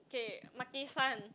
okay Maki-San